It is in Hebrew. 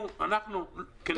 אנחנו צריכים לאשר את זה בכנסת.